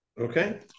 Okay